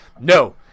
no